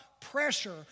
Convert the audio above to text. pressure